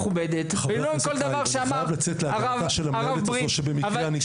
או עם כל דבר שאמר הרב ברין,